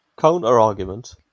Counter-argument